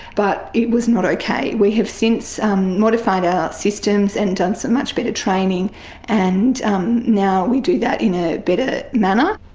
but it was not okay. we have since modified our systems and done some much better training and um now we do that in a better ah manner.